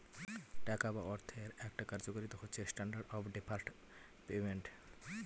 টাকা বা অর্থের একটা কার্যকারিতা হচ্ছে স্ট্যান্ডার্ড অফ ডেফার্ড পেমেন্ট